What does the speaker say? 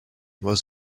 was